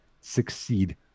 succeed